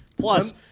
Plus